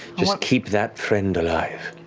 just keep that friend alive.